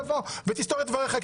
תבוא ותסתור את דבריך,